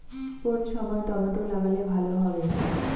কোন সময় টমেটো লাগালে ভালো হবে?